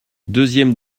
deuxième